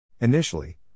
Initially